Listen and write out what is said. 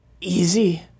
Easy